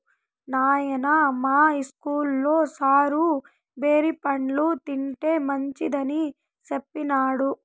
నాయనా, మా ఇస్కూల్లో సారు బేరి పండ్లు తింటే మంచిదని సెప్పినాడు